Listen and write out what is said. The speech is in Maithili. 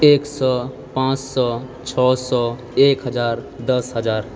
एक सए पांँच सए छओ सए एक हजार दश हजार